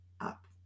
up